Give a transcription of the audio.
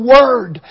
Word